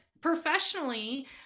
professionally